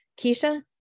Keisha